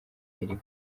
imirimo